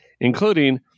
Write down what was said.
including